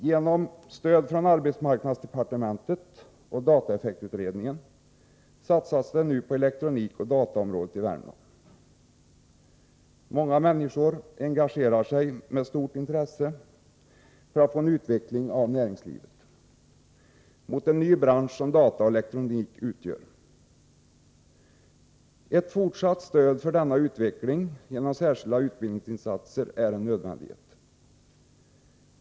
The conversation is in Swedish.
Genom stöd från arbetsmarknadsdepartementet och dataeffektutredningen satsas det nu på elektronikoch dataområdet i Värmland. Många människor engagerar sig med stort intresse för att få en utveckling av näringslivet mot en ny bransch som dataoch elektronik utgör. Ett fortsatt stöd för denna utveckling genom särskilda utbildningsinsatser är en nödvändighet.